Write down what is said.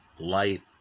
light